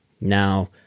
Now